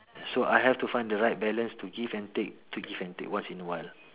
so I have to find the right balance to give and take to give and take once in a while